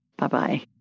Bye-bye